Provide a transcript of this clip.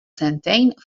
sentejn